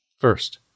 First